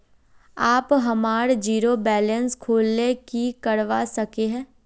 आप हमार zero balance खोल ले की करवा सके है?